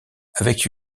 avec